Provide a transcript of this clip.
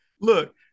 Look